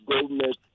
government